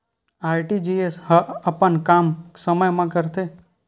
RTGS ह अपन काम समय मा करथे?